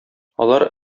алар